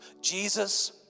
Jesus